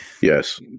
Yes